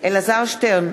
אלעזר שטרן,